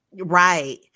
Right